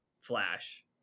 Flash